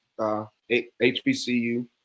HBCU